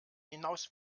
hinaus